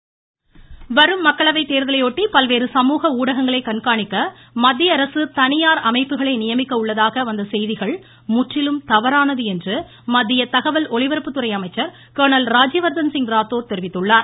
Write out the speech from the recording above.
ரூரூரூ ராஜ்யவர்தன்சிங் ராத்தோர் வரும் மக்களவை தேர்தலையொட்டி பல்வேறு சமூக ஊடகங்களை கண்காணிக்க மத்தியஅரசு தனியார் அமைப்புகளை நியமிக்க உள்ளதாக வந்த செய்திகள் முற்றிலும் தவறானது என்று மத்திய தகவல் ஒலிபரப்புத்துறை அமைச்சர் கர்ணல் ராஜ்யவர்தன்சிங் ராத்தோர் தெரிவித்துள்ளார்